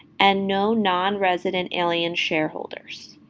and no nonresident alien shareholders.